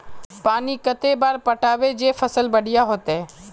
पानी कते बार पटाबे जे फसल बढ़िया होते?